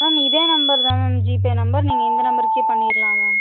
ma'am இதே number தான் ma'am GPay number நீங்கள் இந்த நம்பருக்கே பண்ணிரலாம் மேம்